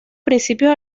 principios